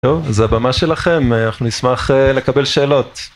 זהו, אז הבמה שלכם, אנחנו נשמח לקבל שאלות.